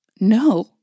No